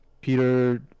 Peter